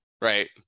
Right